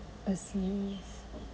a series